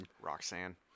Roxanne